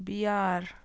بِیٛار